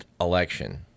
election